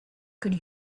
could